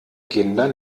kinder